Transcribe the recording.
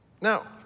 Now